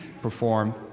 perform